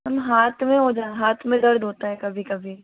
ma'am हाथ में हो हाथ में दर्द होता है कभी कभी